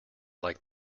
like